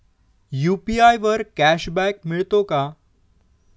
UPI वर cashback मिळतो का?